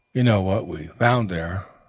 you know what we found there.